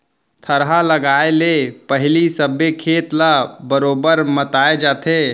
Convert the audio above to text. थरहा लगाए ले पहिली सबे खेत ल बरोबर मताए जाथे